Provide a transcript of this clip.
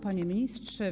Panie Ministrze!